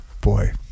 Boy